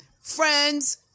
friends